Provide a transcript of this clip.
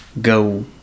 go